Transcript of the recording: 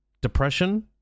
depression